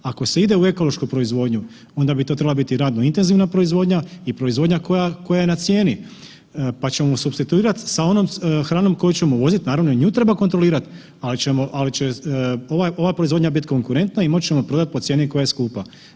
Ako se ide u ekološku proizvodnju onda bi to trebala biti radno intenzivna proizvodnja i proizvodnja koja, koja je na cijeni, pa ćemo supstituirat sa onom hranom koju ćemo uvozit, naravno i nju treba kontrolirat, ali ćemo, ali će ova, ova proizvodnja bit konkurentna i moći ćemo prodat po cijeni koja je skupa.